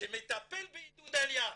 שמטפל בעידוד העלייה.